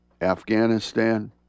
Afghanistan